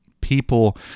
people